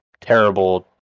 terrible